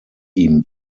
ihm